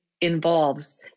involves